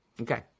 Okay